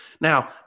Now